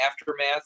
aftermath